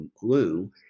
glue